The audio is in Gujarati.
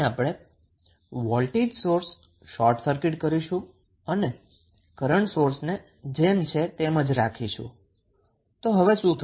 અહીં આપણે વોલ્ટેજ સોર્સ શોર્ટ સર્કિટ કરીશું અને કરન્ટ સોર્સને ને જેમ છે તેમ જ રાખીશું તો હવે શું થશે